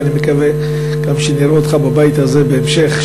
ואני מקווה שנראה אותך בבית הזה בהמשך,